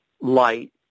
light